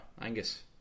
Angus